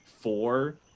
four